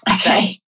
Okay